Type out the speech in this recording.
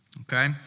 Okay